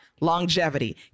Longevity